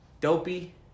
Dopey